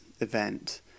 event